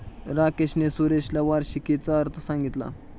राकेशने सुरेशला वार्षिकीचा अर्थ सांगितला